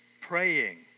praying